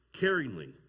caringly